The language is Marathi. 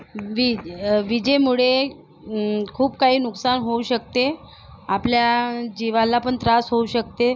वीज विजेमुळे खूप काही नुकसान होऊ शकते आपल्या जीवाला पण त्रास होऊ शकते